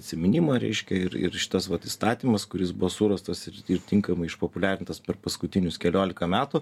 atsiminimą reiškia ir ir šitas vat įstatymas kuris buvo surastas ir tinkamai išpopuliarintas per paskutinius keliolika metų